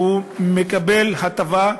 שמקבל הטבה.